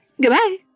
Goodbye